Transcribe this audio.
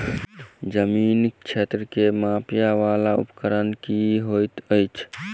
जमीन क्षेत्र केँ मापय वला उपकरण की होइत अछि?